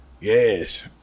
Yes